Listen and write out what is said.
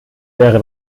wäre